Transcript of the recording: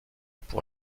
pour